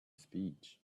speech